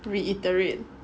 reiterate